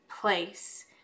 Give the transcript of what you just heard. place